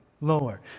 Lower